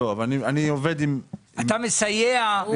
אתה מסייע ל